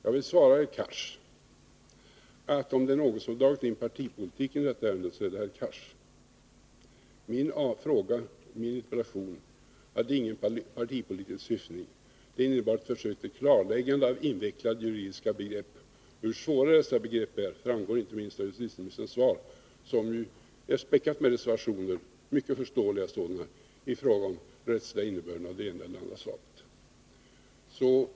Jag vill svara herr Cars, att om det är någon som har dragit in partipolitiken idetta ärende, så är det herr Cars. Min interpellation hade inget partipolitiskt syfte. Den innebar ett försök till klarläggande av invecklade juridiska begrepp. Hur svåra dessa begrepp är framgår inte minst av justitieministerns svar, som ju är späckat med reservationer — mycket förståeliga sådana — i fråga om den rättsliga innebörden av det ena eller det andra slaget.